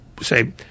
say